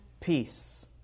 peace